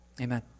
Amen